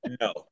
No